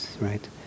right